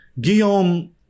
Guillaume